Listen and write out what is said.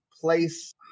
place